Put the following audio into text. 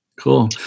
Cool